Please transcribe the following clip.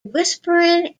whispering